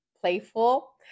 playful